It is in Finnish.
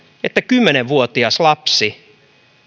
että kymmenen vuotias lapsi